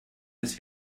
dass